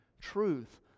truth